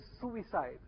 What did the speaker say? suicide